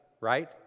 Right